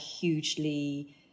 hugely